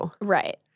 Right